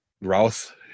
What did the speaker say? Routh